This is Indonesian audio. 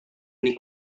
ini